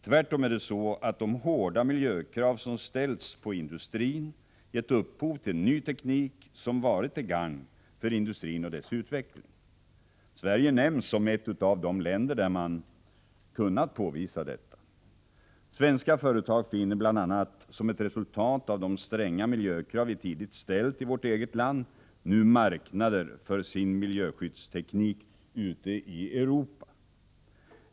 Tvärtom är det så att de hårda miljökrav som ställts på industrin givit upphov till ny teknik, som varit till gagn för industrin och dess utveckling. Sverige nämns som ett av de länder där man kunnat påvisa detta. Svenska företag finner bl.a., som ett resultat av de stränga miljökrav vi tidigt ställt i vårt eget land, nu marknader för sin miljöskyddsteknik ute i Europa.